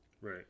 Right